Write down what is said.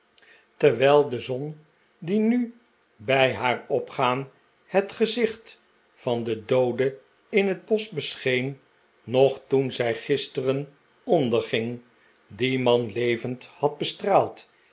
terwijl de zon die nu bij haar opgaan het gezicht van den doode in het bosch bescheen nog toen zij gisteren onderging dien man levend had bestraald